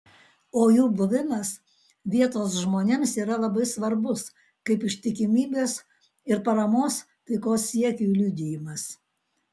o jų buvimas vietos žmonėms yra labai svarbus kaip ištikimybės ir paramos taikos siekiui liudijimas